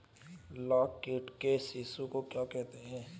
लाख कीट के शिशु को क्या कहते हैं?